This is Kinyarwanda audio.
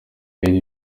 ari